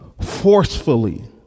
forcefully